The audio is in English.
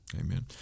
Amen